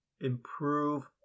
improve